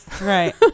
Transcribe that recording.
Right